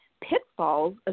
pitfalls